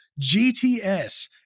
GTS